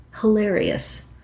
hilarious